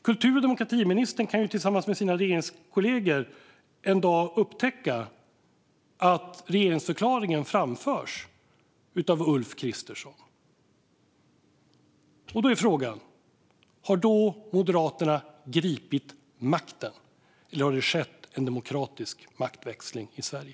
Kultur och demokratiministern kan tillsammans med sina regeringskollegor en dag upptäcka att regeringsförklaringen framförs av Ulf Kristersson. Då är frågan: Har Moderaterna då gripit makten eller har det skett en demokratisk maktväxling i Sverige?